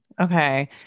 Okay